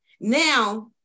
now